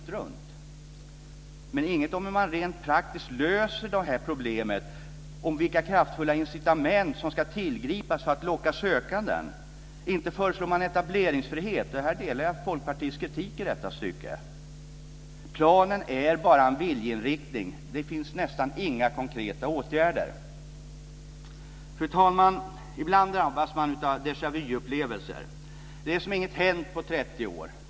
Inget sägs dock om hur man rent praktiskt löser det här problemet eller vilka kraftfulla incitament som ska tillgripas för att locka sökande. Inte föreslår man etableringsfrihet - i detta stycke delar jag Folkpartiets kritik. Planen är bara en viljeinriktning. Det finns nästan inga konkreta åtgärder. Fru talman! Ibland drabbas man av déjà vuupplevelser. Det är som om inget hänt på 30 år.